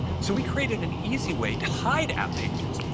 so we created an easy way to hide app pages.